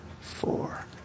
four